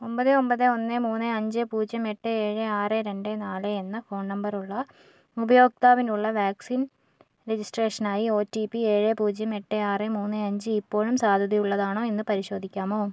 ഒമ്പത് ഒമ്പത് ഒന്ന് മൂന്ന് അഞ്ച് പൂജ്യം എട്ട് ഏഴ് ആറ് രണ്ട് നാല് എന്ന ഫോൺ നമ്പറുള്ള ഉപയോക്താവിനുള്ള വാക്സിൻ രജിസ്ട്രേഷനായി ഒ ടി പി ഏഴ് പൂജ്യം എട്ട് ആറ് മൂന്ന് അഞ്ച് ഇപ്പോഴും സാധ്യതയുള്ളതാണോ എന്ന് പരിശോധിക്കാമോ